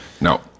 no